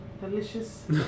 delicious